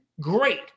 great